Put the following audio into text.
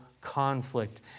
conflict